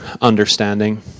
understanding